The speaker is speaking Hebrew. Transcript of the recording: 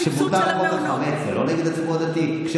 כשבוטל חוק החמץ זה לא נגד הציבור הדתי?